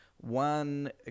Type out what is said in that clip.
one